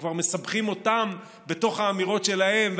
שכבר מסבכים אותם בתוך האמירות שלהם,